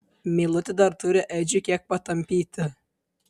meilutė dar turi edžiui kiek patampyti